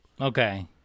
Okay